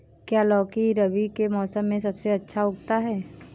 क्या लौकी रबी के मौसम में सबसे अच्छा उगता है?